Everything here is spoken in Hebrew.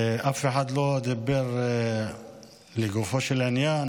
אף אחד לא דיבר לגופו של עניין